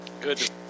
Good